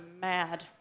mad